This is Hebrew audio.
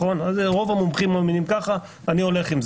ואני שומע שזה לא רק איזו חוות דעת אלא חברת